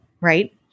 Right